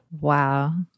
Wow